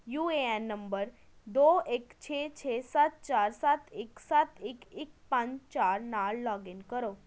you A N number ਦੋ ਇੱਕ ਛੇ ਛੇ ਸੱਤ ਚਾਰ ਸੱਤ ਇੱਕ ਸੱਤ ਇੱਕ ਇੱਕ ਪੰਜ ਚਾਰ ਨਾਲ ਲੌਗਇਨ ਕਰੋ